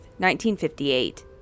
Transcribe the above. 1958